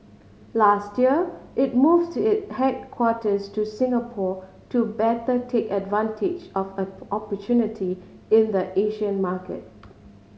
last year it moved it headquarters to Singapore to better take advantage of opportunities in the Asian market